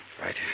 Right